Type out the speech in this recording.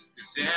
Cause